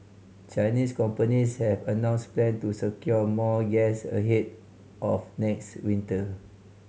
Chinese companies have announced plan to secure more gas ahead of next winter